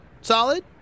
Solid